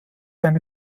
eine